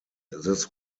this